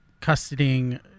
Custodying